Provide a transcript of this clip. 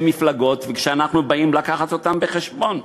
מפלגות כשאנחנו באים לקחת אותן בחשבון.